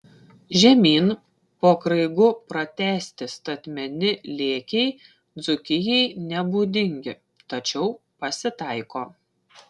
žemyn po kraigu pratęsti statmeni lėkiai dzūkijai nebūdingi tačiau pasitaiko